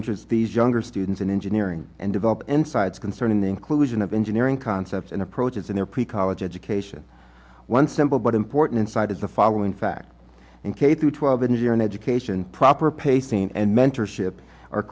interest these younger students in engineering and develop insights concerning the inclusion of engineering concepts and approaches in their pre college education one simple but important insight is the following fact and k through twelve engineering education proper pacing and mentorship